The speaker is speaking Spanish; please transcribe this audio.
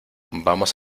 vamos